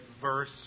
verse